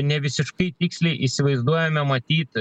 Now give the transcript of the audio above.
nevisiškai tiksliai įsivaizduojame matyt